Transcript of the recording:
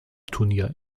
turnier